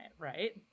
Right